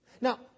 Now